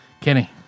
Kenny